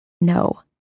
No